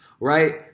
Right